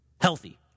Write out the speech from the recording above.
Healthy